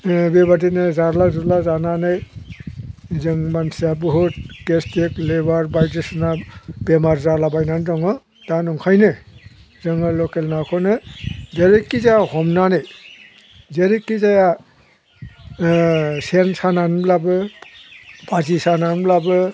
जोङो बेबायदिनो जाला जुला जानानै जों मानसिया बहुद गेस्तिक लिभार बायदिसिना बेमार जालाबायनानै दङ दा नंखायनो जोङो लकेल नाखौनो जेरैखि जाया हमनानै जेरैखि जाया सेन सानानैब्लाबो फासि सानानैब्लाबो